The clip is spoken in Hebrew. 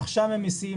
רכשה ממיסים,